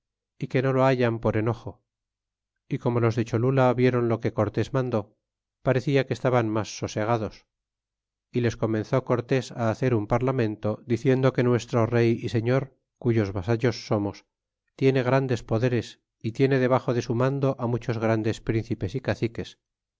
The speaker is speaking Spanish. é que no lo hayan por enojo y como los de cholula vieron lo que cortés mandó parecia que estaban mas sosegados y les comenzó cortés á hacer un parlamento diciendo que nuestro rey y señor cuyos vasallos somos tiene grandes poderes y tiene debaxo de su mando á muchos grandes príncipes y caciques